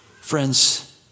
friends